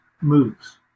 moves